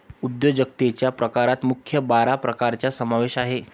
उद्योजकतेच्या प्रकारात मुख्य बारा प्रकारांचा समावेश आहे